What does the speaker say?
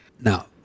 Now